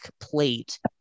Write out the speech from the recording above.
plate